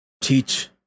teach